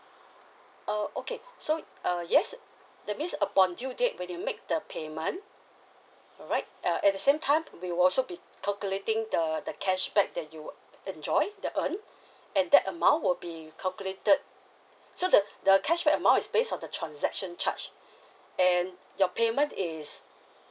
err okay so uh yes that means upon due date when you make the payment alright uh at the same time we will also be calculating the the cashback that you enjoy the earn and that amount will be calculated so the the cashback amount is based on the transaction charge and your payment is